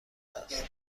است